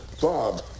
Bob